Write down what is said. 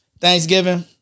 Thanksgiving